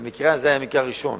והמקרה הזה היה המקרה הראשון